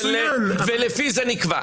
ולפי זה נקבע.